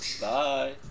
Bye